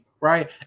right